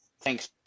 Thanks